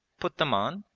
put them on,